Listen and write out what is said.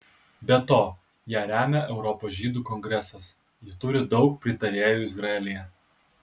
be to ją remia europos žydų kongresas ji turi daug pritarėjų izraelyje